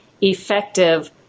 effective